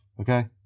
okay